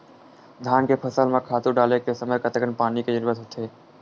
धान के फसल म खातु डाले के समय कतेकन पानी के जरूरत होथे?